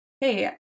hey